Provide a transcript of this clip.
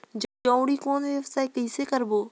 जोणी कौन व्यवसाय कइसे करबो?